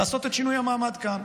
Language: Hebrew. לעשות את שינוי המעמד כאן.